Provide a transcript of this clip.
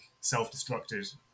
self-destructed